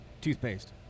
toothpaste